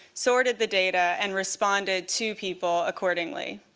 sorted the data, and responded to people accordingly.